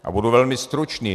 A budu velmi stručný.